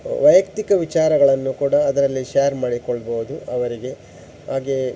ವೈಯಕ್ತಿಕ ವಿಚಾರಗಳನ್ನು ಕೂಡ ಅದರಲ್ಲಿ ಶ್ಯಾರ್ ಮಾಡಿಕೊಳ್ಬೋದು ಅವರಿಗೆ ಹಾಗೇ